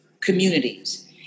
communities